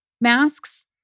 masks